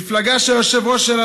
מפלגה שהיושב-ראש שלה,